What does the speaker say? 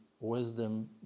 wisdom